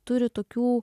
turi tokių